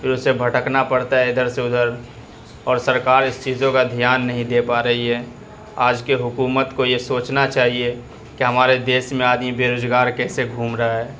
پھر اسے بھٹکنا پڑتا ہے ادھر سے ادھر اور سرکار اس چیزوں کا دھیان نہیں دے پا رہی ہے آج کے حکومت کو یہ سوچنا چاہیے کہ ہمارے دیش میں آدمی بیروزگار کیسے گھوم رہا ہے